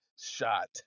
shot